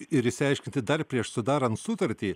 ir išsiaiškinti dar prieš sudarant sutartį